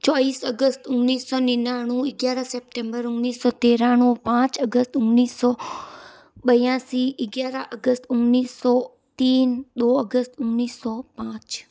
चौबीस अगस्त उन्नीस सौ निन्यानवे ग्यारह सप्टेम्बर उन्निस सौ तिरानवे पाँच अगस्त उन्नीस सौ बयासी ग्यारह अगस्त उन्निस सौ तीन दो अगस्त उन्निस सौ पाँच